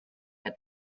der